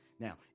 Now